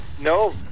no